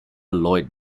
lloyd